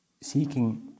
seeking